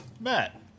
Matt